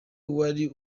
wari